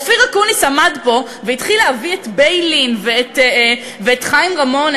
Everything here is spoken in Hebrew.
אופיר אקוניס עמד פה והתחיל להביא את ביילין ואת חיים רמון,